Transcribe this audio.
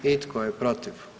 I tko je protiv?